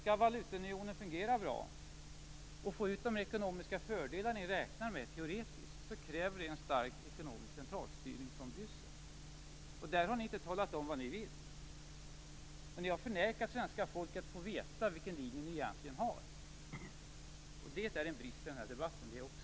Om valutaunionen skall fungera bra och vi skall få ut de ekonomiska fördelar ni räknar med teoretiskt krävs en stark ekonomisk centralstyrning från Bryssel. Ni har inte talat om vad ni vill. Ni har förnekat svenska folket att få veta vilken linje ni egentligen vill följa. Det är en brist också i denna debatt.